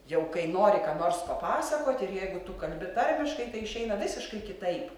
jau kai nori ką nors papasakoti ir jeigu tu kalbi tarmiškai tai išeina visiškai kitaip